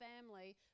family